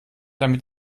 damit